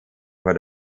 vor